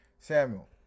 Samuel